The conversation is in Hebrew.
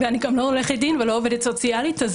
ואני גם לא עורכת דין ולא עובדת סוציאלית אז